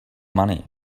money